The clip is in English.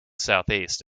southeast